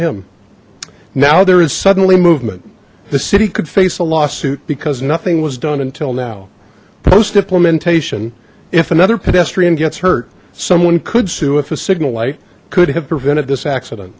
him now there is suddenly movement the city could face a lawsuit because nothing was done until now post implementation if another pedestrian gets hurt someone could sue if a signal light could have prevented this accident